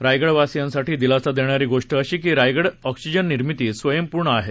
रायगडवासियांसाठी दिलासा देणारी गोष्ट अशी की रायगड ऑक्सीजन निर्मितीत स्वयंपूर्ण आहे